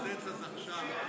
אני רוצה שדה מוקשים.